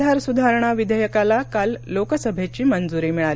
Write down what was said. आधार सुधारणा विधेयकाला काल लोकसभेची मंजुरी मिळाली